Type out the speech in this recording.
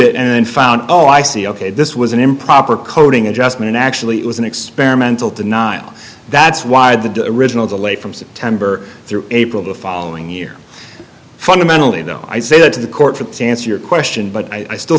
it and then found oh i see ok this was an improper coding adjustment actually it was an experimental denial that's why the do original delay from september through april the following year fundamentally no i say that to the court for to answer your question but i still